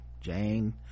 Jane